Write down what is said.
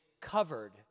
covered